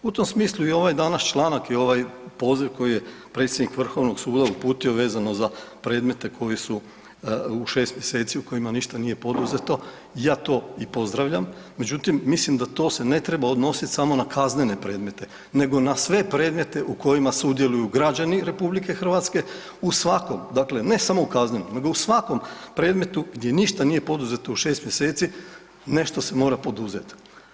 U tom smislu i ovaj danas članak i ovaj poziv koji je predsjednik Vrhovnog suda uputio vezano za predmete koji su u 6 mjeseci u kojima ništa nije poduzeto, ja to i pozdravljam, međutim mislim da to se ne treba odnositi samo na kaznene predmete nego na sve predmete u kojima sudjeluju građani RH u svakom, dakle ne samo u kaznenom, nego u svakom predmetu gdje ništa nije poduzeto u 6 mjeseci, nešto se mora poduzeti.